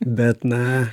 bet na